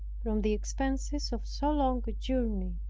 from the expenses of so long a journey.